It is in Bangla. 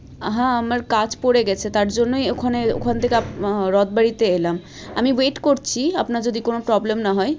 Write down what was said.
হ্যাঁ আমার কাজ পড়ে গেছে তার জন্যই ওখানে ওখান থেকে আপ রথ বাড়িতে এলাম আমি ওয়েট করছি আপনার যদি কোনো প্রবলেম না হয়